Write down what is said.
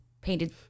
Painted